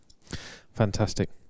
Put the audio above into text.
Fantastic